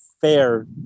fair